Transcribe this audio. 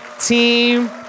team